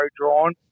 drawn